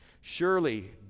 Surely